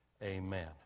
Amen